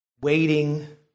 Waiting